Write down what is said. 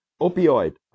Opioid